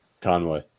Conway